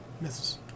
Misses